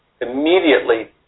immediately